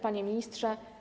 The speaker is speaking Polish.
Panie Ministrze!